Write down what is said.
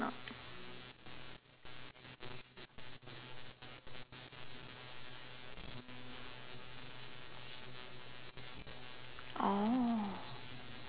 oh